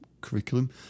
curriculum